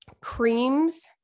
Creams